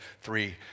three